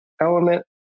element